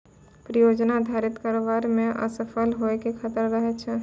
परियोजना अधारित कारोबार मे असफल होय के खतरा रहै छै